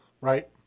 Right